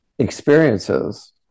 experiences